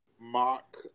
mock